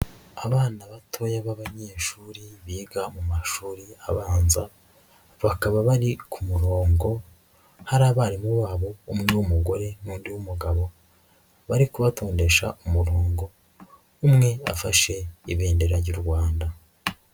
Abana batoya b'abanyeshuri biga mu mashuri abanza, bakaba bari ku murongo hari abarimu babo umwe n'umugore n'undi w'umugabo bari kubatondesha umurongo umwe afashe ibendera ry'u Rwanda.